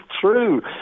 true